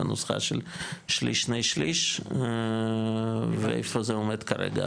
בנוסחה של שליש/שני שליש ואיפה זה עומד כרגע,